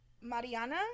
Mariana